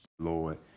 Lord